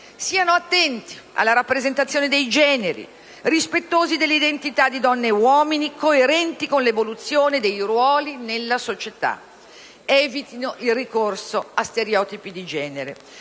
siano attenti alla rappresentazione dei generi e rispettosi delle identità di donne e uomini», coerenti con l'evoluzione dei ruoli nella società; «evitino il ricorso a stereotipi di genere»